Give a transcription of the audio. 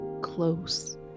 close